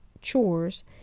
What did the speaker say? chores